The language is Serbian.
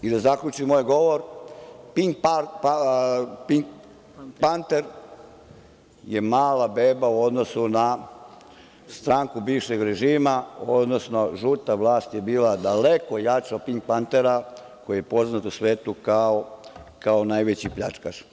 I da zaključim moj govor, „Pink Panter“ je mala beba u odnosu na stranku bivšeg režima, odnosno žuta vlast je bila daleko jača od „Pink Pantera“, koji je poznat u svetu kao najveći pljačkaš.